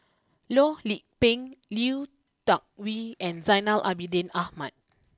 Loh Lik Peng Lui Tuck Yew and Zainal Abidin Ahmad